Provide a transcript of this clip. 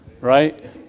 Right